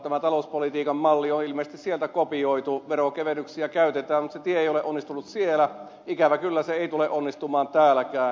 tämä talouspolitiikan malli on ilmeisesti sieltä kopioitu veronkevennyksiä käytetään mutta se tie ei ole onnistunut siellä ikävä kyllä se ei tule onnistumaan täälläkään